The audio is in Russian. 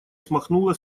смахнула